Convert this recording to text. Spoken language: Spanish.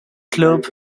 club